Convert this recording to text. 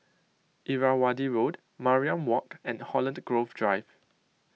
Irrawaddy Road Mariam Walk and Holland Grove Drive